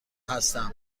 هستم